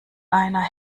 einer